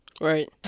Right